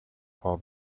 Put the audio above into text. for